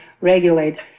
regulate